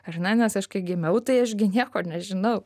ar ne nes aš kai gimiau tai aš gi nieko nežinau